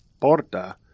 Porta